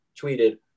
tweeted